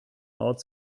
out